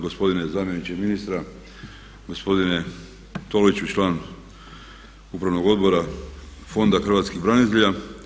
Gospodine zamjeniče ministra, gospodine Toliću, član upravnog odbora Fonda hrvatskih branitelja.